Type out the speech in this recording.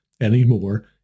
anymore